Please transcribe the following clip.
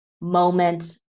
moment